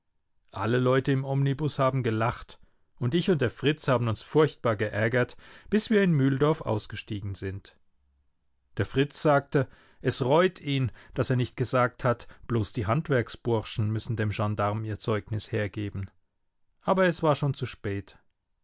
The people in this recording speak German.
alle leute im omnibus haben gelacht und ich und der fritz haben uns furchtbar geärgert bis wir in mühldorf ausgestiegen sind der fritz sagte es reut ihn daß er nicht gesagt hat bloß die handwerksburschen müssen dem gendarm ihr zeugnis hergeben aber es war schon zu spät